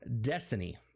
Destiny